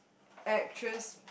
actress